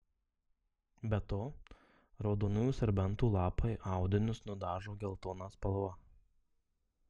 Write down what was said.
be to raudonųjų serbentų lapai audinius nudažo geltona spalva